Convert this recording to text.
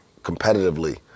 competitively